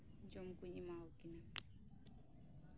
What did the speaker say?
ᱡᱚᱢ ᱠᱚᱧ ᱮᱢᱟ ᱟᱠᱤᱱᱟ